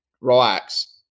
relax